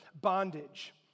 bondage